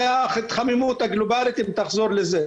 זה ההתחממות הגלובלית אם תחזור לזה,